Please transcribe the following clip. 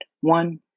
One